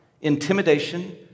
intimidation